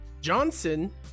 Johnson